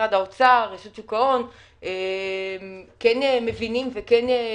משרד האוצר ורשות שוק ההון מבינים והביעו